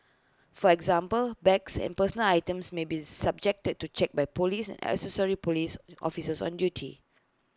for example bags and personal items may be subjected to checks by Police Police officers on duty